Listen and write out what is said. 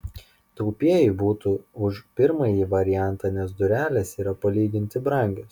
taupieji būtų už pirmąjį variantą nes durelės yra palyginti brangios